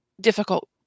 difficult